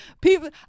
People